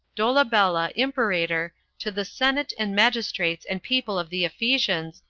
dolabella, imperator, to the senate, and magistrates, and people of the ephesians,